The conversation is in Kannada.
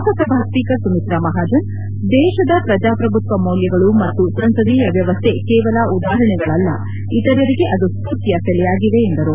ಲೋಕಸಭಾ ಸ್ಪೀಕರ್ ಸುಮಿತ್ರಾ ಮಹಾಜನ್ ದೇಶದ ಪ್ರಜಾಪ್ರಭುತ್ವ ಮೌಲ್ಯಗಳು ಮತು ಸಂಸದೀಯ ವ್ಯವಸ್ಥೆ ಕೇವಲ ಉದಾಹರಣೆಗಳಲ್ಲ ಇತರರಿಗೆ ಅದು ಸ್ಪೂರ್ತಿಯ ಸೆಲೆಯಾಗಿವೆ ಎಂದರು